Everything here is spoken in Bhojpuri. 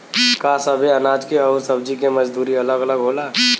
का सबे अनाज के अउर सब्ज़ी के मजदूरी अलग अलग होला?